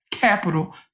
Capital